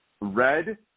Red